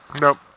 Nope